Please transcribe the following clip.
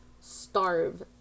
starve